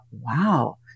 wow